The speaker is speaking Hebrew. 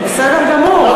בסדר גמור,